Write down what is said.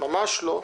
ממש לא,